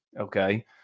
okay